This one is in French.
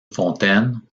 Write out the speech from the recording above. fontaine